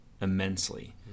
immensely